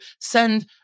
send